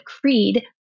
creed